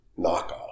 knockoff